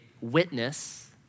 witness